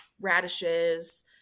radishes